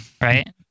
right